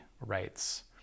rights